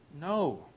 No